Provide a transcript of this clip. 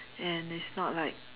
and it's not like